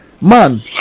Man